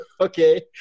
Okay